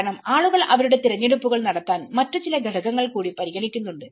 കാരണം ആളുകൾ അവരുടെ തിരഞ്ഞെടുപ്പുകൾ നടത്താൻ മറ്റു ചില ഘടകങ്ങൾ കൂടി പരിഗണിക്കുന്നുണ്ട്